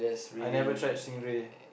I never tried stingray